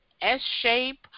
S-shape